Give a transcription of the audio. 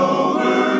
over